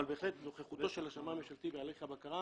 אבל בהחלט נוכחותו של השמאי הממשלתי בהליך הבקרה